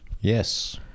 Yes